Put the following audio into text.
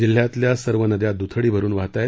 जिल्ह्यातल्या सर्व नद्या दुथडी भरुन वाहत आहेत